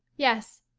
yes.